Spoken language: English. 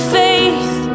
faith